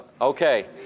Okay